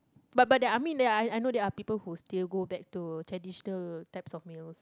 but but that I mean that I I know that there are people who still go back to traditional types of mails